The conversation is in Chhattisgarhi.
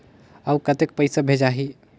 अउ कतेक पइसा भेजाही?